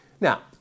Now